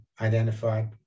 identified